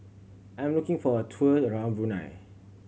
I'm looking for a tour around Brunei